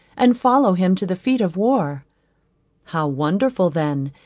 and follow him to the feat of war how wonderful then,